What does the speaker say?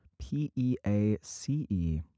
P-E-A-C-E